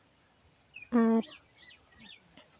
ᱟᱨ